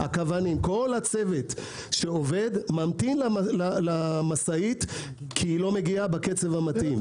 כל הצוות שעובד ממתין למשאית כי לא מגיעה בקצב המתאים.